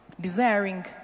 desiring